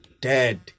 dead